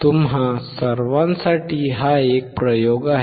तुम्हा सर्वांसाठी हा एक प्रयोग आहे